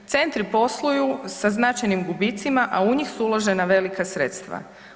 Centri posluju sa značajnim gubicima, a njih su uložena velika sredstva.